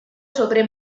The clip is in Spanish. sobre